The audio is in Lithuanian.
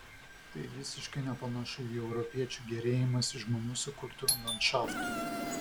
tai visiškai nepanašu į europiečių gėrėjimąsi žmonių sukurtu landšaftu